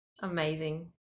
Amazing